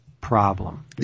problem